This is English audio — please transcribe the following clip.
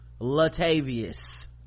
latavius